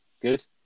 Good